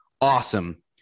awesome